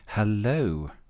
Hello